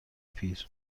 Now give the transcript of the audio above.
پیر